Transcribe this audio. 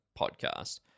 podcast